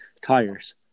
tires